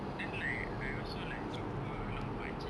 then like I also like jumpa a lot of pak cik